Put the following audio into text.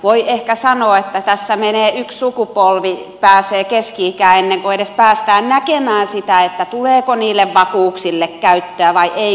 voi ehkä sanoa että tässä yksi sukupolvi pääsee keski ikään ennen kuin edes päästään näkemään sitä tuleeko niille vakuuksille käyttöä vai eikö tule